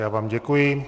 Já vám děkuji.